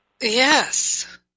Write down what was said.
Yes